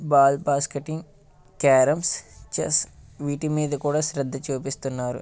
ball బాస్కెటింగ్ carroms chess వీటి మీద కూడా శ్రద్ధ చూపిస్తున్నారు